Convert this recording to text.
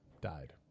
died